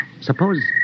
suppose